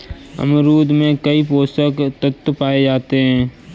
अमरूद में कई पोषक तत्व पाए जाते हैं